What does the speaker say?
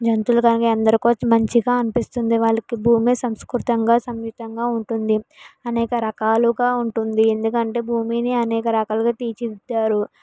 మెంతులుగా ఎందరికో మంచిగా అనిపిస్తుంది వాళ్ళకి భూమి సంస్కృతంగా సమీపంగా ఉంటుంది అనేక రకాలుగా ఉంటుంది ఎందుకంటే భూమిని అనేక రకాలుగా తీర్చిదిద్దారు